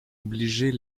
obliger